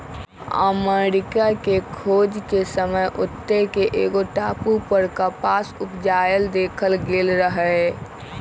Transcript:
अमरिका के खोज के समय ओत्ते के एगो टापू पर कपास उपजायल देखल गेल रहै